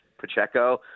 pacheco